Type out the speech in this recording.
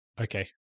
okay